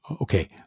Okay